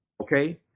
Okay